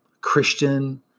Christian